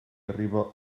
arriba